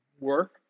work